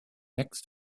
next